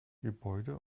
gebäude